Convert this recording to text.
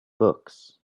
books